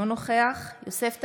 אינו נוכח יוסף טייב,